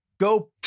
Go